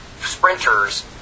sprinters